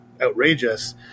outrageous